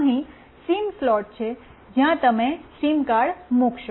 અહીં SIM slot છે જ્યાં તમે સિમ કાર્ડ મુકશો